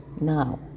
now